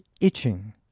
itching